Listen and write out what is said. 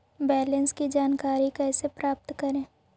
Balance की जानकारी कैसे प्राप्त करे?